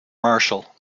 marshal